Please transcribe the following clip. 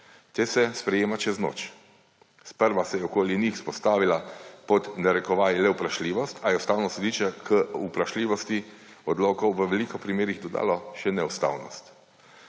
Te se sprejema čez noč. Sprav se je okoli njihov izpostavila pod narekovaji le vprašljivost, a je Ustavno sodišče k vprašljivosti odlokov v velikih primeri dodalo še neustavnost.